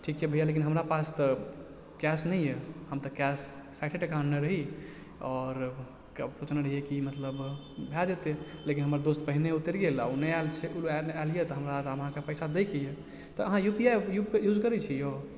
ठीक छै भैया लेकिन हमरा पास तऽ कैस नहि यऽ हम तऽ कैस साइठे टका आनने रही आओर सोचने रहियै की मतलब भए जेतै लेकिन हमर दोस्त पहिने उतरि गेल आ ओ नहि आयल छै इयल यऽ तऽ हमरा तऽ आब अहाँके पैसा दै के यऽ तऽ अहाँ यू पी आइ यूज करै छियै यौ